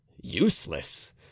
useless